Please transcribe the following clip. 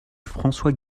françois